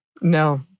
No